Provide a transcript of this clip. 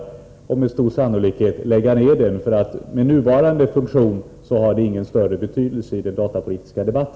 Då kommer vi med stor sannolikhet att besluta lägga ner den, eftersom den med nuvarande funktion inte har någon större betydelse i den datapolitiska debatten.